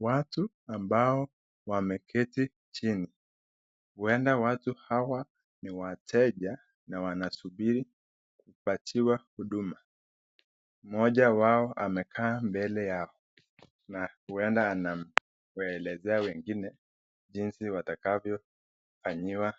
Watu ambao wameketi chini, uenda watu hawa ni wateja wanasubiri kupatiwa huduma. Moja wao amekaa mbele yao, na uenda anaelezea wengine jinsi watakavyo fanyiwa